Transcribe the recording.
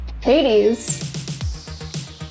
Hades